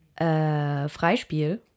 Freispiel